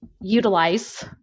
utilize